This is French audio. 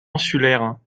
insulaire